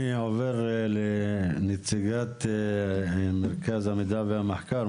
אני עובר לנציגת מרכז המידע והמחקר.